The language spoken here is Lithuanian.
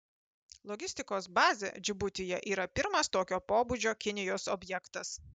logistikos bazė džibutyje yra pirmas tokio pobūdžio kinijos objektas